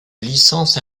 licence